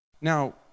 Now